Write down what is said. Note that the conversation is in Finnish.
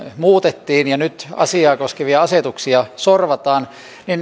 muutettiin ja nyt asiaa koskevia asetuksia sorvataan